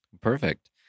Perfect